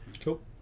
Cool